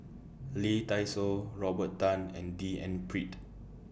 Lee Dai Soh Robert Tan and D N Pritt